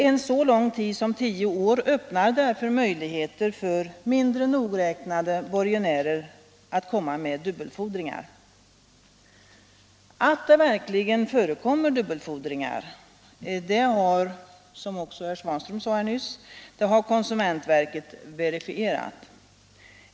En så lång tid som tio år öppnar därför möjligheter för mindre nogräknade borgenärer att komma med dubbelfordringar. Att det verkligen förekommer dubbelfordringar har, som också herr Svanström nyss sade, konsumentverket verifierat.